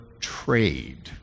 trade